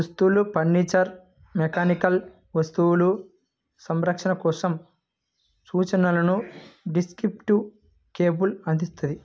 దుస్తులు, furniture, mechanical వస్తువులు, సంరక్షణ కోసం సూచనలను డిస్క్రిప్టివ్ లేబుల్ అందిస్తుంది